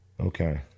okay